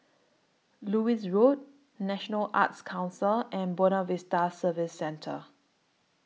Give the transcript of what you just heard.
Lewis Road National Arts Council and Buona Vista Service Centre